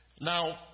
Now